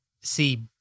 see